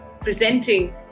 presenting